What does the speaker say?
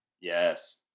Yes